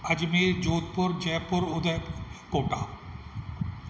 Ajmer Jodhpur Jaipur Udaipur Kota